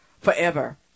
forever